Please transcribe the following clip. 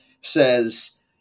says